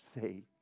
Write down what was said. say